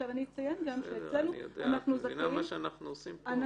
את מבינה מה שאנחנו עושים פה?